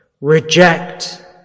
reject